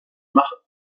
mache